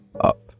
up